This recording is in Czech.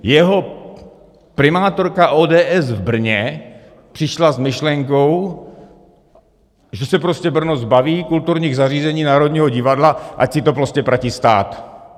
Jeho primátorka ODS v Brně přišla s myšlenkou, že se prostě Brno zbaví kulturních zařízení, Národního divadla, ať si to prostě platí stát.